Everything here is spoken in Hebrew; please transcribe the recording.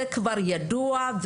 זה כבר ידוע.